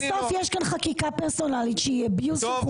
בסוף יש כאן חקיקה פרסונלית שהיא אביוז לחוקי היסוד.